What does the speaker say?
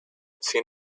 sin